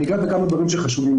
אגע בכמה דברים שחשובים לי.